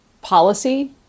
policy